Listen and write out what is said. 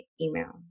email